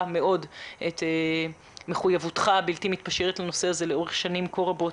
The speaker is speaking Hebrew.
מאוד את מחויבותך הבלתי מתפשרת בנושא הזה לאורך שנים כה רבות.